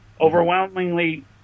overwhelmingly